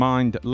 Mind